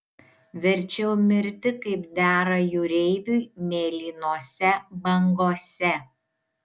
verčiau mirti kaip dera jūreiviui mėlynose bangose